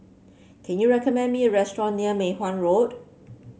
can you recommend me a restaurant near Mei Hwan Road